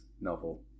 novel